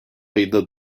ayında